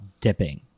dipping